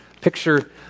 picture